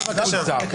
זה שיקול זר.